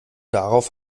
darauf